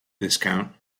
viscount